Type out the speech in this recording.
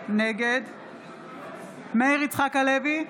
נגד מאיר יצחק הלוי,